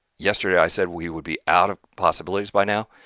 yesterday i said we would be out of possibilities by now.